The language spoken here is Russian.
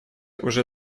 уже